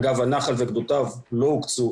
אגב, הנחל וגדותיו לא הוקצו.